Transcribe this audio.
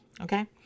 Okay